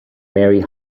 mary